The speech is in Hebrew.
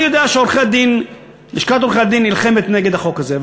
אני יודע שלשכת עורכי-הדין נלחמת נגד החוק הזה,